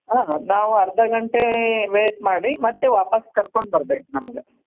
ಹಾಂ ಹಾಂ ನಾವು ಅರ್ಧ ಗಂಟೆ ವೇಟ್ ಮಾಡಿ ಮತ್ತೆ ವಾಪಸ್ಸು ಕರ್ಕೊಂಡ್ಬರ್ಬೇಕು ನಮ್ಗೆ